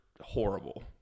horrible